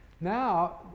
Now